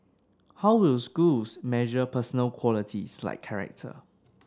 how will schools measure personal qualities like character